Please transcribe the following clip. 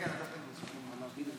ההצעה להעביר את